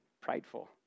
prideful